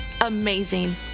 Amazing